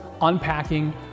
unpacking